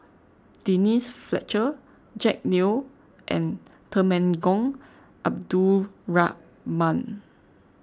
Denise Fletcher Jack Neo and Temenggong Abdul Rahman